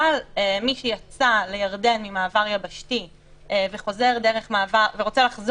אבל מי שיצא לירדן דרך מעבר יבשתי ורוצה לחזור